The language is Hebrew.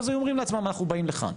ואז הם אומרים לעצמם אנחנו באים לכאן.